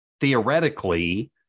theoretically